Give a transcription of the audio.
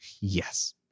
Yes